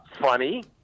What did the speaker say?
funny